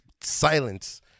Silence